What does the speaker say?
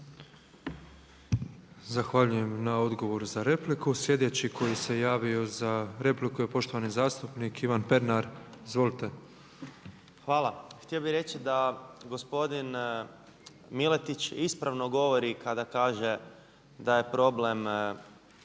Zahvaljujem na odgovoru za repliku. Sljedeći koji se javio za repliku je poštovani zastupnik Ivan Pernar. Izvolite. **Pernar, Ivan (Abeceda)** Hvala. Htio bih reći da gospodin Miletić ispravno govori kada kaže da je problem